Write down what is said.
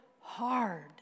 hard